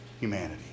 humanity